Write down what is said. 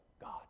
God